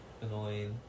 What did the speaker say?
Annoying